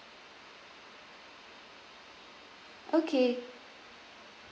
okay